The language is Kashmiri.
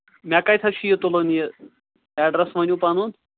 مےٚ کَتہِ حظ چھِ یہِ تُلُن یہِ اٮ۪ڈرَس ؤنِو پَنُن